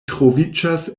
troviĝas